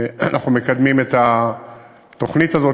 אנחנו מקדמים את התוכנית הזאת.